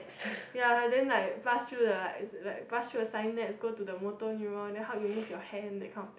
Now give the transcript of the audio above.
ya then like brushed through the like like brushed through the synapse go to the motor neurons and then how you move your hand that kind of thing